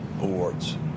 awards